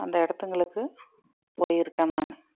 அந்த இடத்துங்களுக்கு போயிருக்கேன் நான்